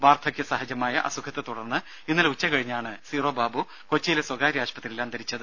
വാർദ്ധക്യ സഹജമായ അസുഖത്തെ തുടർന്ന് ഇന്നലെ ഉച്ചകഴിഞ്ഞാണ് സീറോ ബാബു കൊച്ചിയിലെ സ്വകാര്യ ആശുപത്രിയിൽ അന്തരിച്ചത്